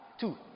two